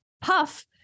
puff